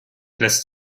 lässt